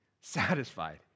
satisfied